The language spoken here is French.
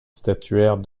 statuaire